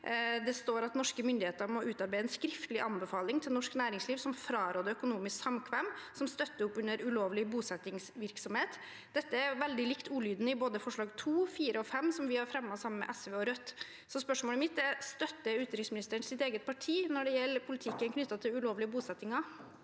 Der står det: «Norske myndigheter må utarbeide en skriftlig anbefaling til norsk næringsliv som fraråder økonomisk samkvem som støtter opp om ulovlig bosettingsvirksomhet.» Dette er veldig likt ordlyden i forslagene nr. 2, 4 og 5, som vi har fremmet sammen med SV og Rødt. Spørsmålet mitt er: Støtter utenriksministeren sitt eget parti når det gjelder politikken knyttet til ulovlige bosettinger?